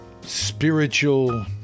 spiritual